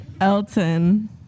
Elton